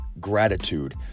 gratitude